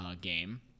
game